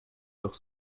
doch